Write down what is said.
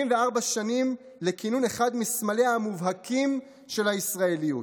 74 שנים לכינון אחד מסמליה המובהקים של הישראליות.